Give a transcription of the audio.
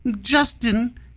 Justin